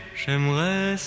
J'aimerais